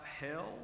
hell